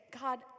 God